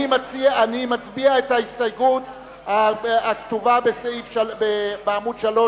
אני מצביע את ההסתייגות הכתובה בעמוד 3,